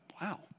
Wow